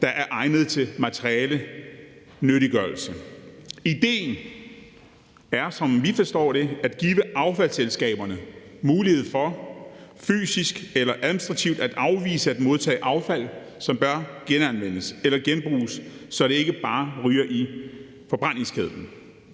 der er egnet til materialenyttiggørelse. Idéen er, som vi forstår det, at give affaldsselskaberne mulighed for fysisk eller administrativt at afvise at modtage affald, som bør genanvendes eller genbruge, så det ikke bare ryger i forbrændingskedlen.